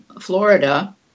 Florida